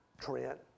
Trent